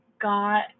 got